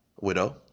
widow